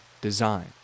design